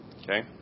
Okay